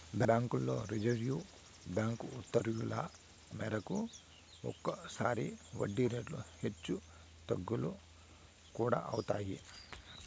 బ్యాంకుల్లో Reserve Bank ఉత్తర్వుల మేరకు ఒక్కోసారి వడ్డీ రేట్లు హెచ్చు తగ్గులు కూడా అవుతాయి